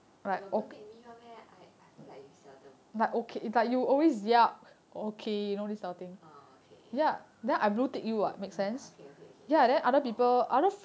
you will blue tick me [one] meh I I feel like you seldom okay ya then I will take you okay okay okay ya that's normal